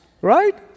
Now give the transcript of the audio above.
right